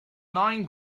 nine